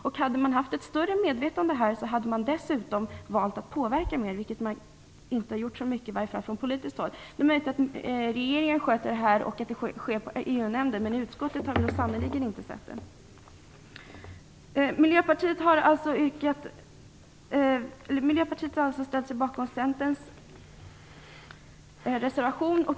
Om man hade haft ett större medvetande här, hade man dessutom valt att påverka mer, vilket inte har skett så mycket från politiskt håll. Det är möjligt att regeringen sköter detta och att det sker i EU-nämnden, men i utskottet har vi sannerligen inte sett det. Miljöpartiet har alltså ställt sig bakom Centerns reservation.